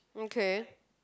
okay